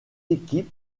équipes